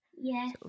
Yes